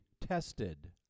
tested